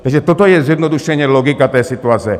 Takže toto je zjednodušeně logika té situace.